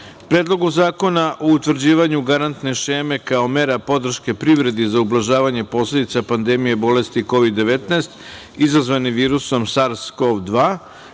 Predlogu zakona o utvrđivanju garantne šeme kao mera podrške privredi za ublažavanje posledica pandemije bolesti Kovid - 19 izazvane virusom SARS CoV-2